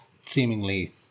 seemingly